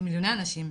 מיליוני אנשים,